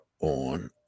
on